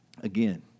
again